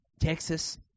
Texas